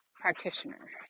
practitioner